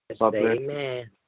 Amen